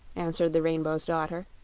answered the rainbow's daughter.